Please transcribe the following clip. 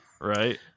Right